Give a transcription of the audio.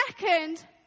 second